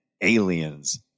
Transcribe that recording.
Aliens